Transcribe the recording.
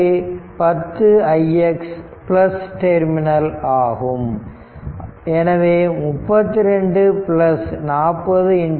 இங்கு 10ix plus terminal ஆகும் எனவே 32 40 0